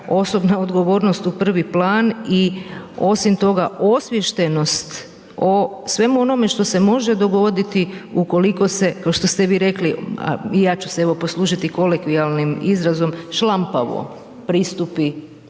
osobna odgovornost u prvi plan i osim toga, osviještenost o svemu onome što se može dogoditi ukoliko se, košto ste vi rekli, a i ja ću se evo poslužiti kolekvijalnim izrazom šlampavo pristupi